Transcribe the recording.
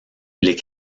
les